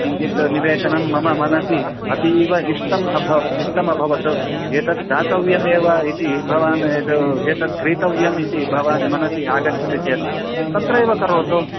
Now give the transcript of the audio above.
किञ्चित् निवेशनं मम मनसि अतीव इष्टम् अभव इष्टम् अभवत् एतत् दातव्यमेव इति भवान् यद् एतत् क्रेतव्यम् इति भवान् मनसि आगच्छति चेत् तत्रैव करोतु